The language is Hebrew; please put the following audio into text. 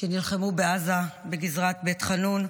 שנלחמו בעזה, בגזרת בית חאנון.